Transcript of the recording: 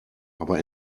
aber